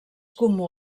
comú